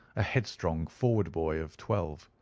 a headstrong forward boy of twelve.